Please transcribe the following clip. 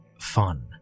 fun